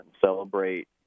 celebrate